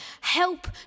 help